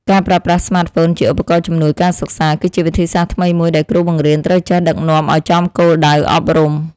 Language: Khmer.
ការប្រើប្រាស់ស្មាតហ្វូនជាឧបករណ៍ជំនួយការសិក្សាគឺជាវិធីសាស្ត្រថ្មីមួយដែលគ្រូបង្រៀនត្រូវចេះដឹកនាំឱ្យចំគោលដៅអប់រំ។